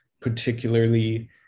particularly